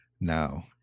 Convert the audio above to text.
Now